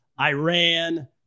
Iran